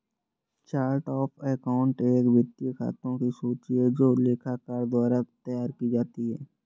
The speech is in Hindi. चार्ट ऑफ़ अकाउंट एक वित्तीय खातों की सूची है जो लेखाकार द्वारा तैयार की जाती है